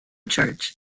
church